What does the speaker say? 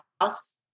house